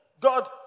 God